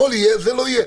הכול יהיה, זה לא יהיה.